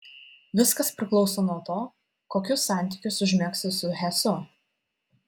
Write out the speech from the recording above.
viskas priklauso nuo to kokius santykius užmegsi su hesu